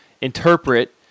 interpret